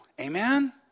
Amen